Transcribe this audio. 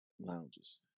Lounges